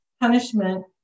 punishment